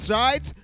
right